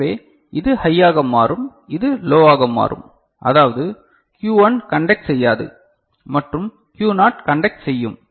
எனவே இது ஹையாக மாறும் இது லோவாக மாறும் அதாவது Q1 கன்டக்ட் செய்யாது மற்றும் Q னாட் கன்டக்ட் செய்யும்